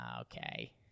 Okay